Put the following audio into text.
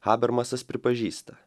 habermasas pripažįsta